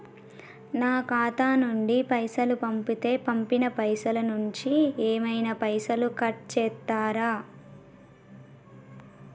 నా ఖాతా నుండి పైసలు పంపుతే పంపిన పైసల నుంచి ఏమైనా పైసలు కట్ చేత్తరా?